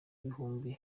ibihumbi